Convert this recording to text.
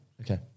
Okay